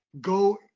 go